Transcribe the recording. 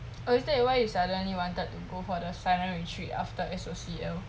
oh is that why you suddenly wanted to go for the silent retreat after S_O_C_L